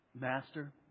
Master